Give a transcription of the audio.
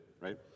right